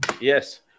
Yes